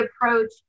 approach